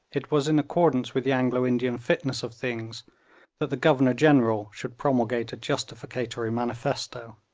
it was in accordance with the anglo-indian fitness of things that the governor-general should promulgate a justificatory manifesto.